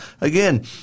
again